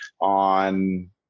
on